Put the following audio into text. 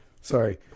Sorry